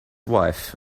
wife